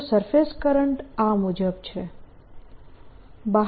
તો surface current આ મુજબ છે